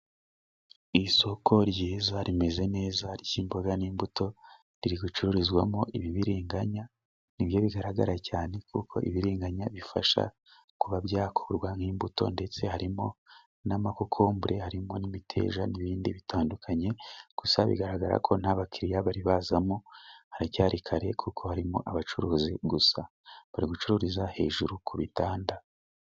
Isoko ryiza rimeze neza ry'imboga n'imbuto. Riri gucururizwamo ibibiriringanya, ni byo bigaragara cyane. Kuko ibiriganya bifasha kuba byakorwa nk'imbuto. Ndetse harimo n'amakokombure, harimo n'imiteja n'ibindi bitandukanye. Gusa bigaragara ko nta bakiriya bari bazamo haracyari kare kuko harimo abacuruzi gusa, bari gucururiza hejuru ku bitanda.